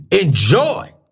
enjoy